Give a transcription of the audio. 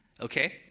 okay